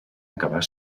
acabar